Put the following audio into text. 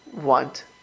want